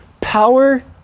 power